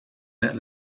that